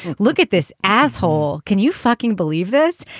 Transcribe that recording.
look at this asshole. can you fucking believe this